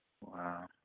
Wow